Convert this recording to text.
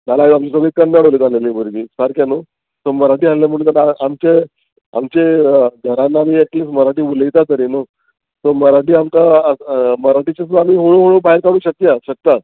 जाल्यार आमचे सगळी कन्नड उलयता आसलेलीं भुरगीं सारकें न्हू सो मराठी हाडलें म्हणून आमचें आमचे घरान आमी एटलिस्ट मराटी उलयता तरी न्हू सो मराठी आमकां मराठीचे सुद्दां आमी हळुहळू भायर काडूंक शकता शकता